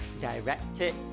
directed